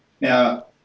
Now